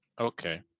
Okay